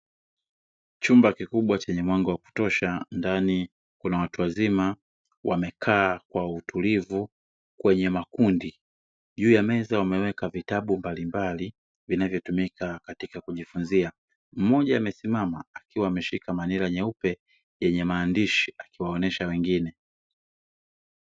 Chumba kikubwa chenye mwanga wa kutosha, ndani kuna watu wazima wamekaa kwa utulivu kwenye makundi. Juu ya meza wameweka vitabu mbalimbali vinavotumika katika kujifunzia, mmoja amesimama akiwa ameshika manila nyeupe yenye maandishi akiwaonyesha wengine.